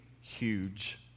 huge